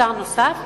מוצר נוסף,